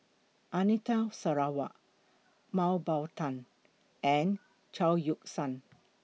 Anita Sarawak Mah Bow Tan and Chao Yoke San